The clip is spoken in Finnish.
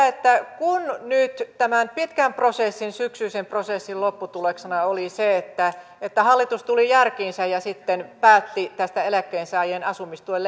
että kun nyt tämän pitkän prosessin syksyisen prosessin lopputuloksena oli se että että hallitus tuli järkiinsä ja sitten päätti tästä eläkkeensaajien asumistuen